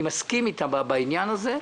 אני מסכים איתה בעניין הזה,